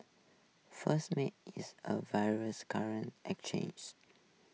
first Meta is a various currency exchanges